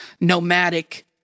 nomadic